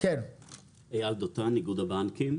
איגוד הבנקים.